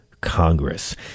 Congress